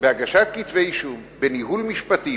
בהגשת כתבי אישום, בניהול משפטים,